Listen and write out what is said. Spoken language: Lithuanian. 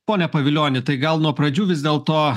pone pavilioni tai gal nuo pradžių vis dėlto